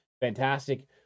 fantastic